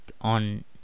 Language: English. on